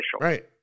Right